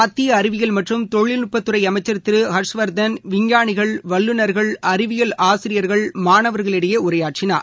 மத்தியஅறிவியல் மற்றும் தொழில்நுட்பத்துறைஅமைச்சர் திருஹர்ஷ்வர்தன் விஞ்ஞானிகள் வல்லுநர்கள் அறிவியல் ஆசிரியர்கள் மாணவர்களிடையேஉரையாற்றினார்